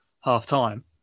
half-time